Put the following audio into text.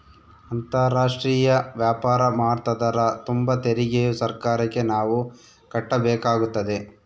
ಅಂತಾರಾಷ್ಟ್ರೀಯ ವ್ಯಾಪಾರ ಮಾಡ್ತದರ ತುಂಬ ತೆರಿಗೆಯು ಸರ್ಕಾರಕ್ಕೆ ನಾವು ಕಟ್ಟಬೇಕಾಗುತ್ತದೆ